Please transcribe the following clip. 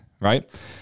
right